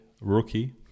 rookie